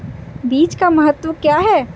बीज का महत्व क्या है?